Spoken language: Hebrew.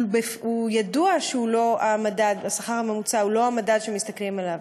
השכר הממוצע, ידוע שהוא לא המדד שמסתכלים עליו,